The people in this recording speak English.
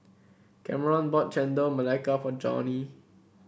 Kameron bought Chendol Melaka for Johnie